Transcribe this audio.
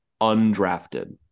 undrafted